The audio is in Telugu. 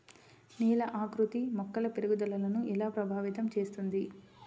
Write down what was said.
నేల ఆకృతి మొక్కల పెరుగుదలను ఎలా ప్రభావితం చేస్తుంది?